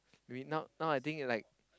maybe now now I think like